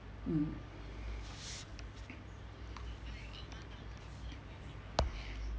mm